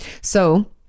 So-